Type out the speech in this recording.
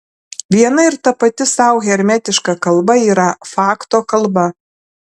viena ir tapati sau hermetiška kalba yra fakto kalba